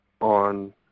on